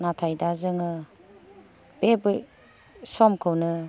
नाथाय दा जोङो बे बै समखौनो